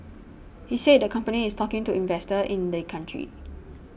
he said the company is talking to investors in the country